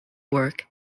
work